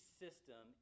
system